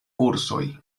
kursoj